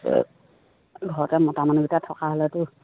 ঘৰতে মতামানুহ কেইটা থকা হ'লেতো